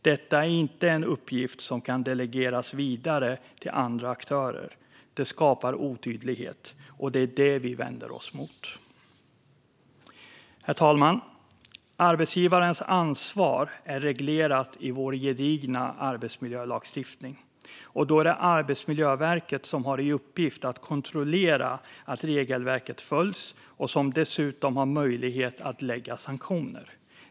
Detta är inte en uppgift som kan delegeras vidare till andra aktörer. Det skapar otydlighet, och det är det vi vänder oss emot. Herr talman! Arbetsgivarens ansvar är reglerat i vår gedigna arbetsmiljölagstiftning, och det är Arbetsmiljöverket som har i uppgift att kontrollera att regelverket följs och som dessutom har möjlighet att lägga sanktioner.